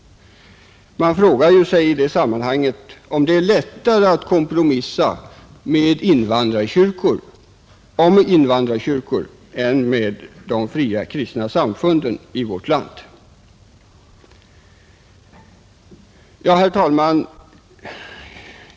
Man frågar sig i det sammanhanget om det är lättare att kompromissa om invandrarkyrkor än om de fria kristna samfunden i vårt land. Herr talman!